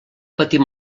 patir